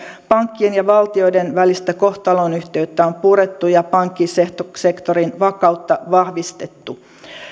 pankkien ja valtioiden välistä kohtalonyhteyttä on purettu ja pankkisektorin vakautta vahvistettu